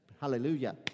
Hallelujah